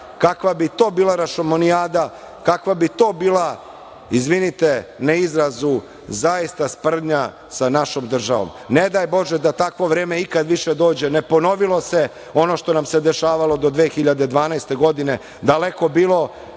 kakva bi to bila rašomonijada, kakva bi to bila, izvinite na izrazu, zaista sprdnja sa našom državom. Ne daj Bože da takvo vreme više ikad dođe. Ne ponovilo se ono što nam se dešavalo do 2012. godine, daleko bilo,